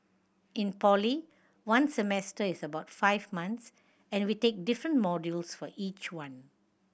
in poly one semester is about five months and we take different modules for each one